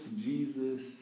Jesus